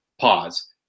pause